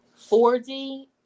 4D